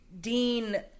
Dean